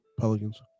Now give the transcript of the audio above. Pelicans